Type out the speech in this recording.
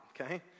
Okay